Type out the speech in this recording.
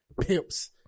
pimps